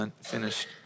finished